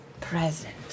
Present